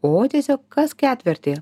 o tiesiog kas ketvirtį